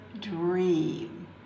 dream